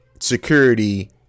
security